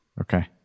Okay